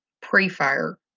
pre-fire